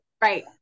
Right